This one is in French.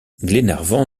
glenarvan